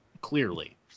clearly